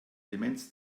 demenz